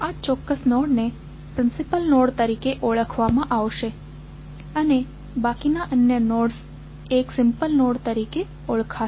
આ ચોક્કસ નોડને પ્રિન્સિપલ નોડ તરીકે ઓળખવામાં આવશે અને બાકીના અન્ય નોડ્સ એક સિમ્પલ નોડ તરીકે ઓળખાશે